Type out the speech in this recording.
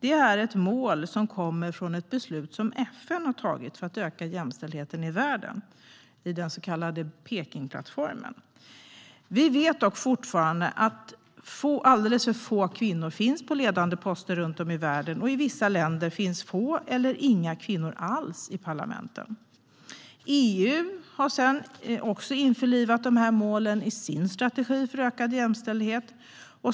Det är ett mål som kommer från ett beslut som FN har fattat för att öka jämställdheten i världen - den så kallade Pekingplattformen. Vi vet dock fortfarande att alldeles för få kvinnor finns på ledande poster runt om i världen, och i vissa länder finns få eller inga kvinnor alls i parlamenten. EU har införlivat de här målen i sin strategi för ökad jämställdhet.